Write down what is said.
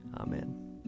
Amen